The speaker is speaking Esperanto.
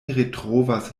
retrovas